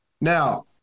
Now